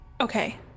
Okay